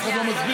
אף אחד לא מסביר.